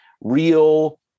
real